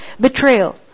betrayal